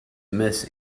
miss